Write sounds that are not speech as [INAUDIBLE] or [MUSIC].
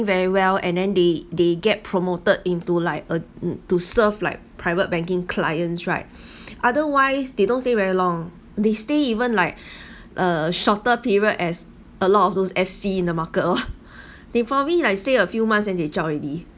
very well and and they they get promoted into like a to serve like private banking clients right otherwise they don't stay very long they stay even like a shorter period as a lot of those F_C in the market lor [LAUGHS] they probably like stay a few months then they zhao already